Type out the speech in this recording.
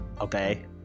Okay